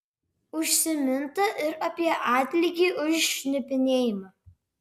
užsiminta ir apie atlygį už šnipinėjimą